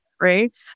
right